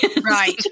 Right